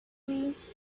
please